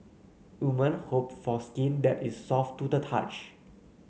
women hope for skin that is soft to the touch